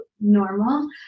normal